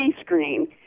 screen